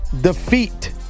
defeat